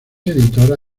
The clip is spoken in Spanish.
editora